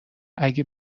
اگر